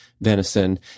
venison